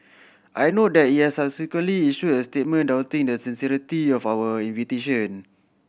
I note that it issued a statement doubting the sincerity of our invitation